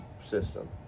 system